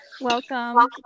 Welcome